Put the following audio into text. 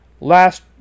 last